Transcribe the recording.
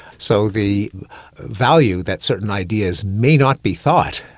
so the value that certain ideas may not be thought,